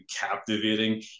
captivating